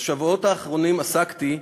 בשבועות האחרונים עסקתי,